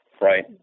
right